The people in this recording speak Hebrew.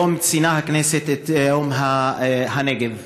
היום ציינה הכנסת את יום הנגב,